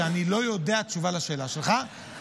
שאני לא יודע תשובה על השאלה שלך,